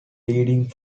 leading